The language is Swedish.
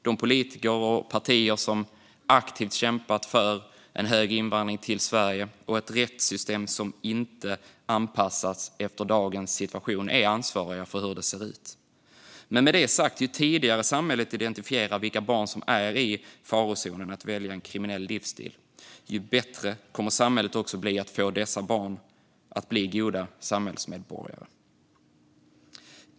De politiker och partier som aktivt kämpat för en hög invandring till Sverige och ett rättssystem som inte anpassas efter dagens situation är ansvariga för hur det ser ut. Men med det sagt - ju tidigare samhället identifierar vilka barn som är i farozonen att välja en kriminell livsstil, desto bättre kommer samhället också att bli på att få dessa barn att bli goda samhällsmedborgare.